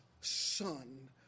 son